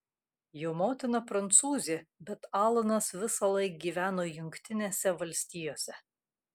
jo motina prancūzė bet alanas visąlaik gyveno jungtinėse valstijose